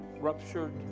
ruptured